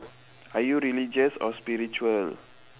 are you religious or spiritual